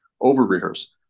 over-rehearse